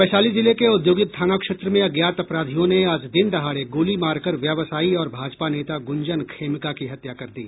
वैशाली जिले के औद्योगिक थाना क्षेत्र में अज्ञात अपराधियों ने आज दिन दहाड़े गोली मारकर व्यवसायी और भाजपा नेता गुंजन खेमका की हत्या कर दी